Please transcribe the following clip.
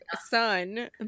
son